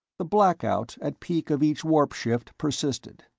the blackout at peak of each warp-shift persisted.